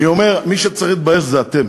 אני אומר, מי שצריך להתבייש זה אתם.